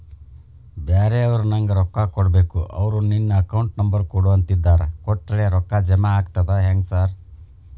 ಬ್ಯಾರೆವರು ನಂಗ್ ರೊಕ್ಕಾ ಕೊಡ್ಬೇಕು ಅವ್ರು ನಿನ್ ಅಕೌಂಟ್ ನಂಬರ್ ಕೊಡು ಅಂತಿದ್ದಾರ ಕೊಟ್ರೆ ರೊಕ್ಕ ಜಮಾ ಆಗ್ತದಾ ಹೆಂಗ್ ಸಾರ್?